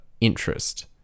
interest